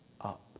up